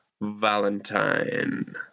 Valentine